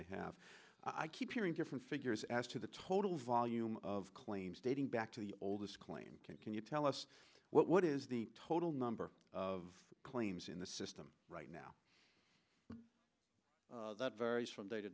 i have i keep hearing different figures as to the total volume of claims dating back to the old this claim can you tell us what is the total number of claims in the system right now that varies from day to